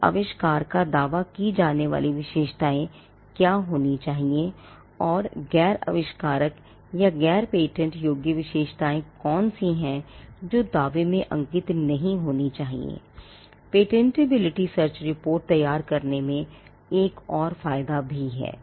इसलिए ऐसे मामलों में जहां पेटेंट अटॉर्नी तैयार करने में एक और फायदा भी है